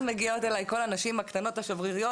מגיעות אליי כל הנשים הקטנות והשבריריות,